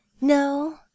no